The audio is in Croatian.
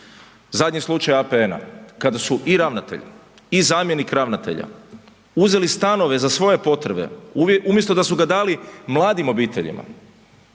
Zadnji slučaj APN-a kada su i ravnatelj i zamjenik ravnatelja, uzeli stanove za svoje potrebe umjesto da su ga dali mladim obiteljima,